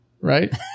Right